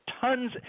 tons